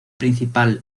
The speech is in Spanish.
principal